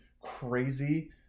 crazy